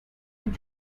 with